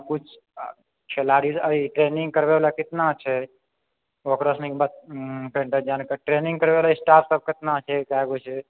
कुछ खेलाड़ी ट्रेनिंग करबै वला कितना छै ओकरा सबके कनिटा जानकारी ट्रेनिंग करबै वला स्टाफ सब कितना छै कए गो छै